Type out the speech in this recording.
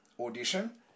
audition